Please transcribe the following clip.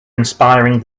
inspiring